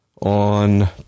on